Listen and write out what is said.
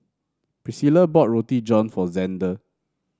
Priscila bought Roti John for Xander